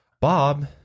Bob